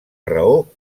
raó